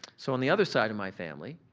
so, on the other side of my family,